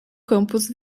campus